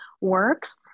works